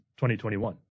2021